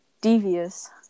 devious